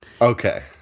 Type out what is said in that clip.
Okay